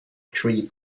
tree